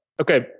Okay